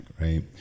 right